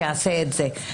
שיעשה את זה.